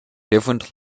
different